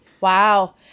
Wow